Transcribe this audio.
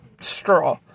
straw